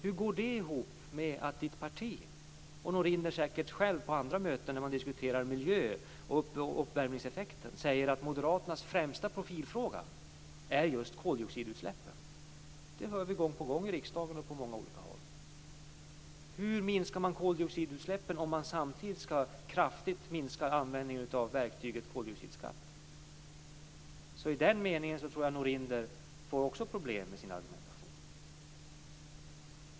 Hur går det ihop med att Patrik Norinders parti, och Norinder säkert själv på andra möten där man diskuterar miljö och uppvärmningseffekten, säger att Moderaternas främsta profilfråga är just koldioxidutsläppen? Det hör vi gång på gång i riksdagen och på många olika håll. Hur minskar man koldioxidutsläppen om man samtidigt skall kraftigt minska användningen av verktyget koldioxidskatt? Också i den meningen tror jag att Norinder får problem med sin argumentation.